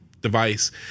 device